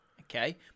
Okay